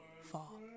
fall